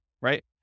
right